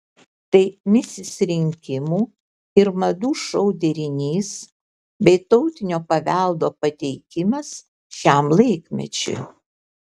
tai misis rinkimų ir madų šou derinys bei tautinio paveldo pateikimas šiam laikmečiui